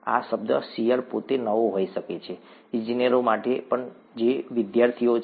આ શબ્દ શીયર પોતે નવો હોઈ શકે છે ઇજનેરો માટે પણ જે વિદ્યાર્થીઓ છે